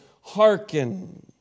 hearken